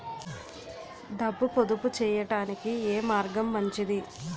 డబ్బు పొదుపు చేయటానికి ఏ మార్గం మంచిది?